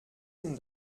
ihn